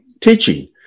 teaching